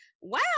wow